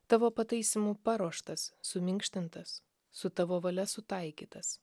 tavo pataisymų paruoštas suminkštintas su tavo valia sutaikytas